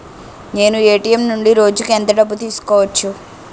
నేను ఎ.టి.ఎం నుండి రోజుకు ఎంత డబ్బు తీసుకోవచ్చు?